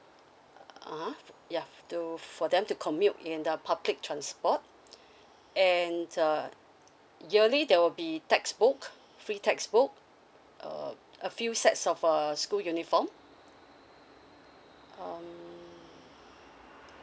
(uh huh) yeah to for them to commute in the public transport and uh yearly there will be textbook free textbook uh a few sets of a school uniform mmhmm